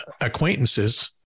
acquaintances